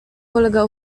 kolega